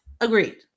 Agreed